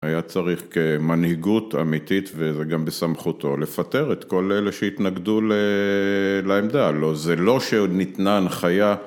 היה צריך כמנהיגות אמיתית וזה גם בסמכותו לפטר את כל אלה שהתנגדו לעמדה, לא זה לא שניתנה הנחיה